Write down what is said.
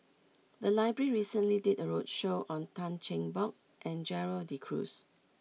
the library recently did a roadshow on Tan Cheng Bock and Gerald De Cruz